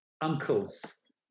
Uncles